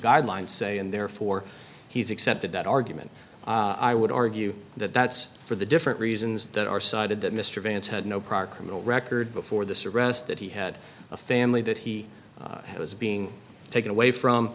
guidelines say and therefore he's accepted that argument i would argue that that's for the different reasons that are cited that mr vance had no prior criminal record before this arrest that he had a family that he was being taken away from